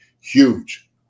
Huge